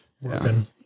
working